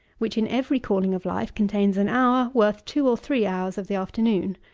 which, in every calling of life, contains an hour worth two or three hours of the afternoon.